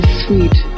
sweet